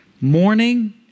Morning